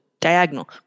Diagonal